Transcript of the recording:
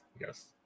yes